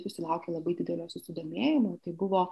susilaukė labai didelio susidomėjimo tai buvo